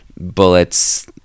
bullets